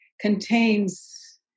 contains